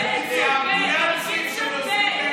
חבר, מה נענה לחולים של ירושלים,